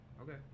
Okay